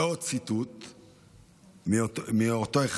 ועוד ציטוט מאותו אחד,